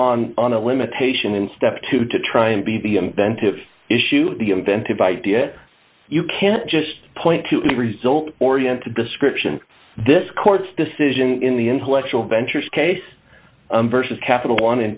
on on a limitation in step two to try and be the inventive issue the inventive idea you can't just point to the result oriented description this court's decision in the intellectual ventures case vs capital